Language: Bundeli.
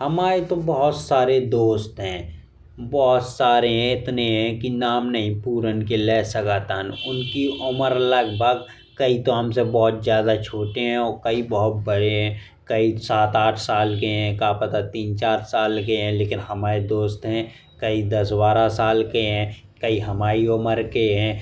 हमाये तो बहुत सारे दोस्त हैं बहुत सारे हैं इतने की नाम नहीं पुरान के ले सकत आये। उनकी उमर लगभग कई तो हमसे बहुत ज्यादा छोटे हैं और कई बहुत बड़े हैं। कई साथ आठ साल के हैं का पता तीन चार साल के हैं। लेकिन हमाये दोस्त हैं कई दस बारह साल के हैं। कई हमारी उमर के हैं